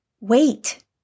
wait